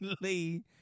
Lee